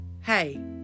hey